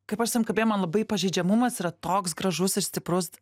kaip aš su tavim kalbėjom man labai pažeidžiamumas yra toks gražus ir stiprus